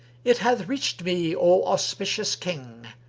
it hath reached me, o auspicious king,